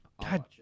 God